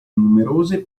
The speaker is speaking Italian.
numerose